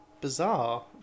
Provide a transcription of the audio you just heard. bizarre